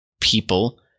people